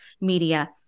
media